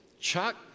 Chuck